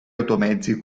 automezzi